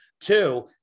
Two